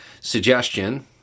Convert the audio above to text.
suggestion